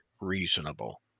reasonable